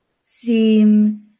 seem